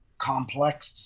complex